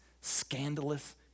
scandalous